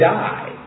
die